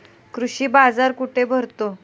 कृषी बाजार कुठे भरतो?